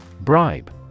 Bribe